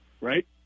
right